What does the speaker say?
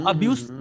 Abuse